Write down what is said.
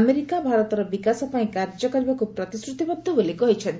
America ଭାରତର ବିକାଶ ପାଇଁ କାର୍ଯ୍ୟ କରିବାକୁ ପ୍ରତିଶ୍ରତିବଦ୍ଧ ବୋଲି କହିଛନ୍ତି